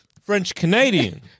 French-Canadian